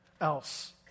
else